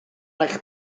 eich